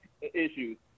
issues